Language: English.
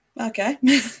Okay